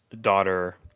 daughter